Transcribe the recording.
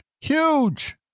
huge